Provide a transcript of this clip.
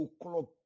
o'clock